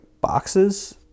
boxes